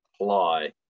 apply